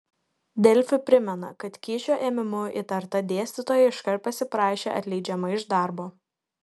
delfi primena kad kyšio ėmimu įtarta dėstytoja iškart pasiprašė atleidžiama iš darbo